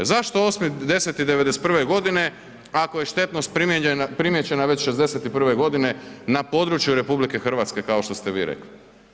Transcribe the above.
Zašto 8.10.'91. godine ako je štetnost primijećena već '61. godine na području RH kao što ste vi rekli?